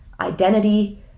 identity